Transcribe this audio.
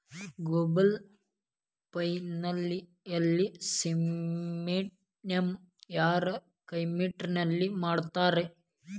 Global financial ಸಿಸ್ಟಮ್ನ ಯಾರ್ control ಮಾಡ್ತಿರ್ತಾರ?